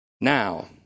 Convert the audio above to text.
Now